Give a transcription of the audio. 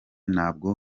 nabwo